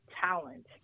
talent